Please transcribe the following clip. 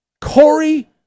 Corey